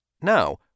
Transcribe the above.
Now